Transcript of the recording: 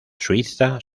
suiza